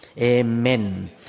Amen